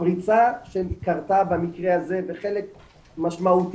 הפריצה שהיא קרתה במקרה הזה בחלק משמעותי